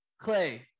Clay